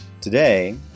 Today